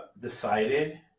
decided